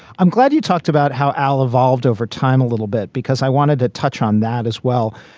i'm glad you talked about how al evolved over time a little bit because i wanted to touch on that as well.